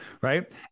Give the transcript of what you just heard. right